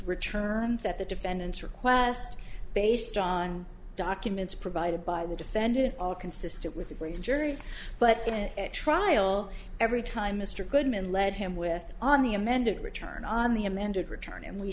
returns that the defendants request based on documents provided by the defendant are consistent with the great jury but in trial every time mr goodman led him with on the amended return on the amended return and we